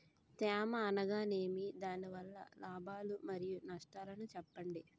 తేమ అనగానేమి? దాని వల్ల లాభాలు మరియు నష్టాలను చెప్పండి?